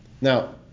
Now